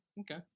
Okay